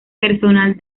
personal